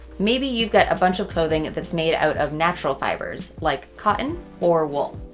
maybe you've got a bunch of clothing that's made out of natural fibers, like cotton or wool.